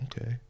okay